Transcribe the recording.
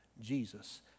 Jesus